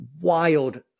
wild